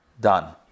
done